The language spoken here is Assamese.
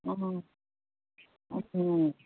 অঁ